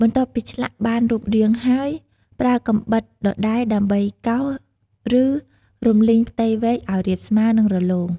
បន្ទាប់ពីឆ្លាក់បានរូបរាងហើយ ប្រើកាំបិតដដែលដើម្បីកោស ឬរំលីងផ្ទៃវែកឱ្យរាបស្មើ និងរលោង។